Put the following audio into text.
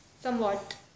somewhat